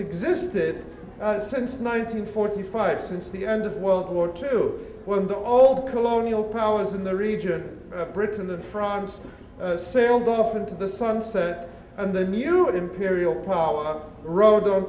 existed since nineteen forty five since the end of world war two when the old colonial powers in the region of britain and france sailed off into the sunset and the new imperial power ro